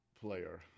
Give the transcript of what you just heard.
player